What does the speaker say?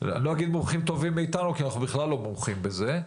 אני לא אגיד טובים מאיתנו כי אנחנו בכלל לא מומחים בזה,